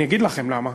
אני אגיד לכם למה: